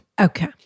Okay